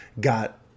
got